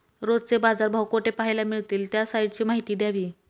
रोजचे बाजारभाव कोठे पहायला मिळतील? त्या साईटची माहिती द्यावी